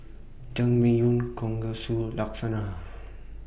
Jangmyeon Kalguksu Lasagna